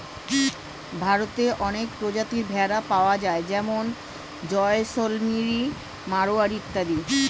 ভারতে অনেক প্রজাতির ভেড়া পাওয়া যায় যেমন জয়সলমিরি, মারোয়ারি ইত্যাদি